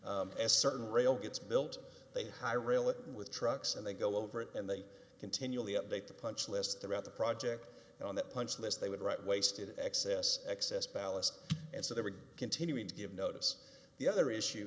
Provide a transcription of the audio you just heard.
as certain rail gets built they hire really with trucks and they go over it and they continually update the punch list throughout the project on that punch list they would write wasted excess excess ballast and so they were going to give notice the other issue